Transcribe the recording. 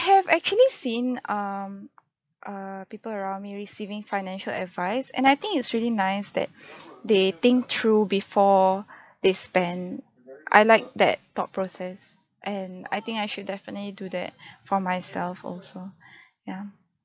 have actually seen um uh people around me receiving financial advice and I think it's really nice that they think through before they spend I like that thought process and I think I should definitely do that for myself also ya